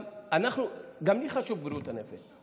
גם לי חשוב נושא בריאות הנפש,